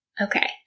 okay